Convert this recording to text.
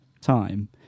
time